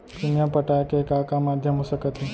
Premium पटाय के का का माधयम हो सकत हे?